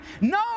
No